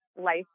life